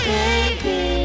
Baby